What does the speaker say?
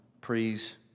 Praise